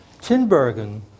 Tinbergen